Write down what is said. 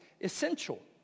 essential